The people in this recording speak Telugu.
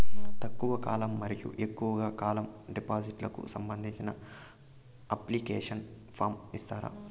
తక్కువ కాలం మరియు ఎక్కువగా కాలం డిపాజిట్లు కు సంబంధించిన అప్లికేషన్ ఫార్మ్ ఇస్తారా?